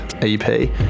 EP